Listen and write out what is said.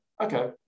okay